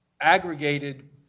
aggregated